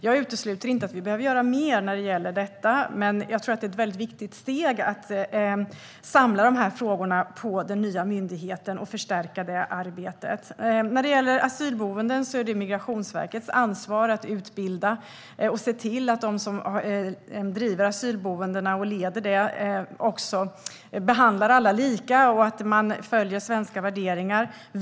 Jag utesluter inte att vi behöver göra mer, men det är samtidigt ett viktigt steg att samla frågorna på den nya myndigheten och förstärka arbetet där. Asylboenden är Migrationsverkets ansvar, och verket ska utbilda dem som driver och leder dessa boenden och ska också se till att alla behandlas lika. Svenska värderingar ska följas.